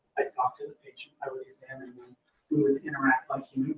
i'd talk to the patient, i would examine them, we would interact like human